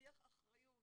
שיח אחריות